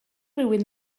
rywun